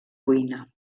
cuina